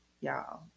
y'all